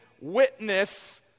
witness